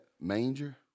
manger